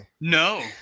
No